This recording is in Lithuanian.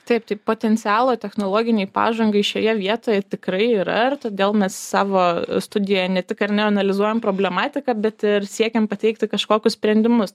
taip taip potencialo technologinei pažangai šioje vietoje tikrai yra ir todėl mes savo studijoj ne tik ar ne analizuojam problematiką bet ir siekiam pateikti kažkokius sprendimus